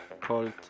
called